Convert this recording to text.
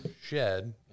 shed